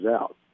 out